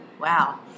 Wow